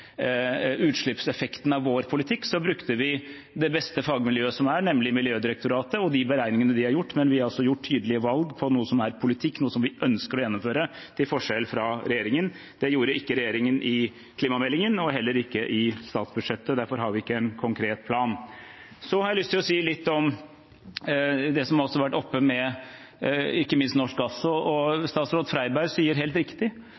brukte vi det beste fagmiljøet som er, nemlig Miljødirektoratet, og de beregningene de har gjort, men vi har også tatt tydelige valg på noe som er politikk, noe vi ønsker å gjennomføre, til forskjell fra regjeringen. Det gjorde ikke regjeringen i klimameldingen og heller ikke i statsbudsjettet. Derfor har man ikke en konkret plan. Jeg har lyst til å si litt om det som har vært oppe om norsk gass. Statsråd Freiberg sier helt riktig at det nå og i nær framtid ikke er noen tvil om at norsk gass